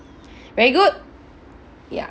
very good ya